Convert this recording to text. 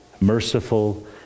merciful